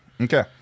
Okay